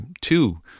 two